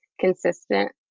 consistent